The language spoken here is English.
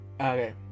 Okay